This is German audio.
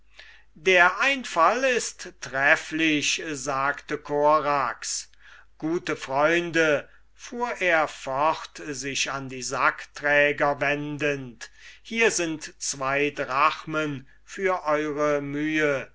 der einfall ist trefflich sagte korax gute freunde fuhr er fort sich an die sackträger wendend hier sind zwo drachmen für eure mühe